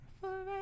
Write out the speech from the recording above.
Forever